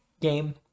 game